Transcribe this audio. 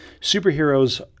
superheroes